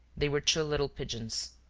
they were two little pigeons.